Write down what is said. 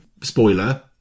Spoiler